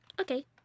Okay